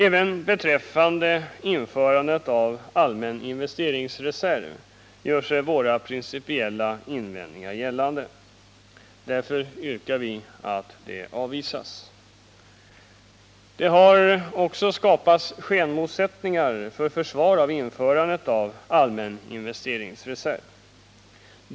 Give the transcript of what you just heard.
Även beträffande införandet av ”Allmän investeringsreserv” gör sig våra principiella invändningar gällande. Därför yrkar vi att det förslaget avvi Sas. Det har också skapats skenmotsättningar för försvar av införandet av allmän investeringsreserv.